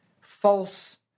false